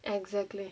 exactly